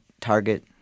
target